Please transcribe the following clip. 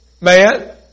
man